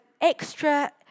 extra